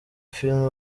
film